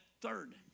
third